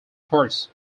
parts